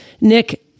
Nick